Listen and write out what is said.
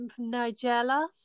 Nigella